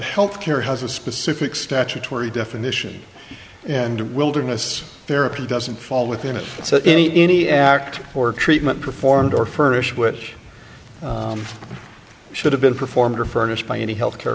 health care has a specific statutory definition and wilderness therapy doesn't fall within if it's any any act or treatment performed or furnish which should have been performed or furnished by any health care